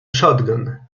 shotgun